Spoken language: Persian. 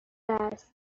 است